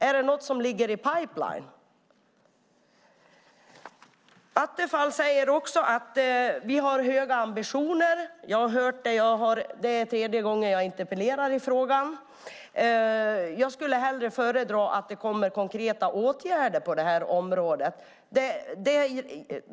Är det något som ligger i pipeline? Attefall säger också att man har höga ambitioner. Jag har hört det förr. Det är tredje gången jag interpellerar i frågan. Jag skulle fördra att det kommer konkreta åtgärder på det här området.